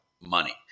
money